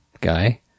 guy